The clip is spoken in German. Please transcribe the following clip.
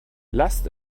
lasst